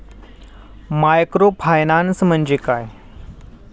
Microfinance म्हणजे काय?